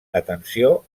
atenció